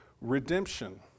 redemption